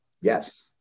Yes